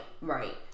right